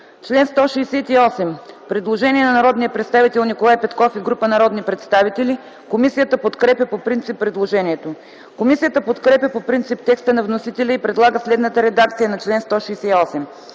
чл. 171 – предложение на Николай Петков и група народни представители. Комисията подкрепя по принцип предложението. Комисията подкрепя по принцип текста на вносителя и предлага следната редакция на чл. 171: